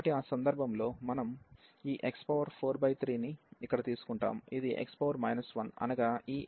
కాబట్టి ఆ సందర్భంలో మనం ఈ x43 ను ఇక్కడ తీసుకుంటాము ఇది x 1 అనగా ఈ x